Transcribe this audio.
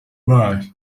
maso